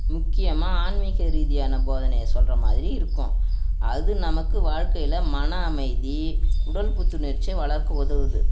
முக்கியமாக ஆன்மீக ரீதியான போதனையை சொல்கிற மாதிரி இருக்கும் அது நமக்கு வாழ்க்கையில் மன அமைதி உடல் புத்துணர்ச்சியை வளர்க்க உதவுது